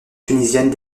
tunisienne